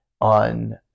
on